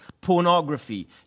pornography